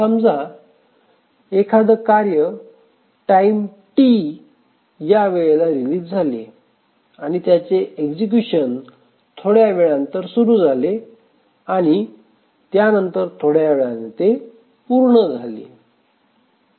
समजा एखाद कार्य टाईम T ह्या वेळेला रिलीज झाले आणि त्याचे एक्झिक्युशन थोड्या वेळानंतर सुरू झाले आणि त्यानंतर थोड्यावेळाने ते पूर्ण झाले